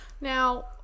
now